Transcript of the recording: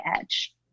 edge